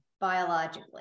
biologically